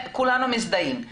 כולנו מזדהים עם הנושא.